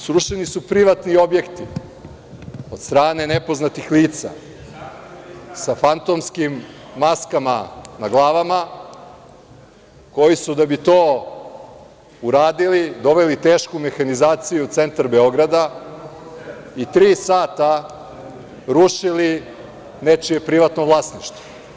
Srušeni su privatni objekti od strane nepoznatih lica, sa fantomskim maskama na glavama koji su da bi to uradili doveli tešku mehanizaciju u centar Beograda i tri sata rušili nečije privatno vlasništvo.